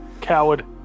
Coward